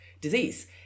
disease